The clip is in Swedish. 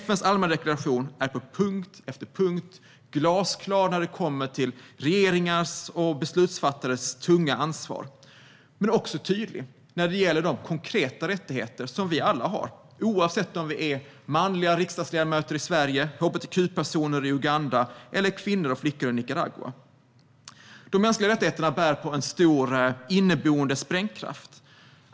FN:s allmänna deklaration är på punkt efter punkt glasklar när det kommer till regeringars och beslutsfattares tunga ansvar men också tydlig när det gäller de konkreta rättigheter som vi alla har, oavsett om vi är manliga riksdagsledamöter i Sverige, hbtq-personer i Uganda eller kvinnor eller flickor i Nicaragua. De mänskliga rättigheterna bär på en stor inneboende sprängkraft.